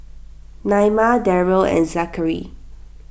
Naima Darell and Zachary